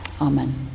Amen